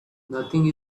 nothing